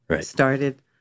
started